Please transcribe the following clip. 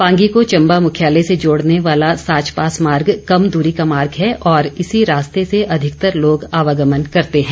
पांगी को चम्बा मुख्यालय से जोड़ने वाला साच पास मार्ग कम दूरी का मार्ग है और इसी रास्ते से अधिकतर लोग आवागमन करते हैं